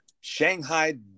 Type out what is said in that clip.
Shanghai